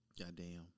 Goddamn